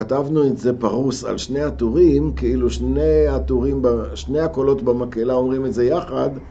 כתבנו את זה פרוס על שני הטורים, כאילו שני הטורים ב... שני הקולות במקהלה אומרים את זה יחד.